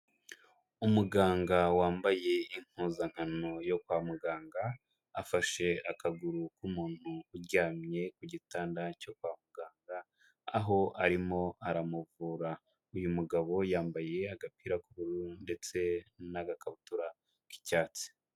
Umuganga wambaye impuzankano yo kwa muganga, afashe akaguru k'umuntu uryamye ku gitanda cyo kwa muganga, aho arimo aramuvura, uyu mugabo yambaye agapira k'ubururu ndetse n'agakabutura k'icyatsi.